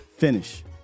Finish